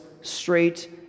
straight